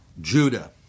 Judah